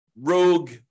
rogue